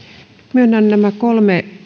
myönnän kolme